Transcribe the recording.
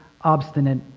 obstinate